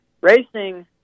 Racing